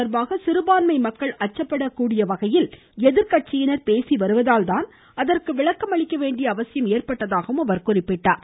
தொடர்பாக சிறுபான்மை மக்கள் அச்சப்படக்கூடிய வகையில் எதிர்கட்சியினர் பேசிவருவதால்தான் அதற்கு விளக்கமளிக்க வேண்டிய அவசியம் ஏற்பட்டதாகவும் அவர் தெரிவித்தார்